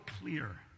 clear